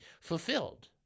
fulfilled